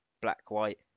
black-white